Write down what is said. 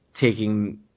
taking